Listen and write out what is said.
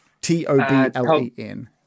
T-O-B-L-E-N